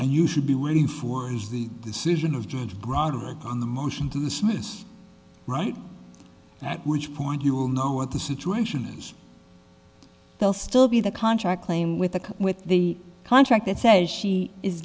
and you should be watching for is the decision of judge granted on the motion to dismiss right at which point you will know what the situation is they'll still be the contract claim with the with the contract that says she is